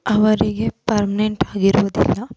ಅವರಿಗೆ ಪರ್ಮ್ನೆಂಟಾಗಿರೋದಿಲ್ಲ